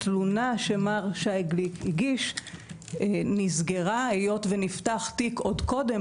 התלונה שמר שי גליק הגיש נסגרה היות ונפתח תיק עוד קודם